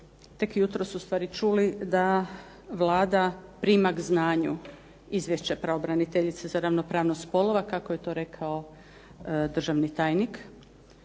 tek jutros čuli da Vlada prima k znanju Izvješće pravobraniteljice za ravnopravnost spolova kako je to rekao državni tajnik.